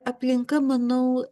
aplinka manau